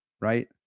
right